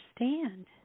understand